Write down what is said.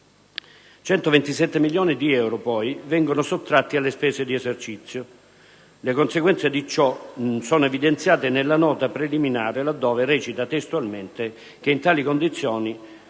127 milioni di euro vengono sottratti alle spese di esercizio. Le conseguenze di ciò sono evidenziate nella Nota preliminare, che recita testualmente che in tali condizioni